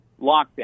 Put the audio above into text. lockdown